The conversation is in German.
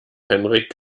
henrik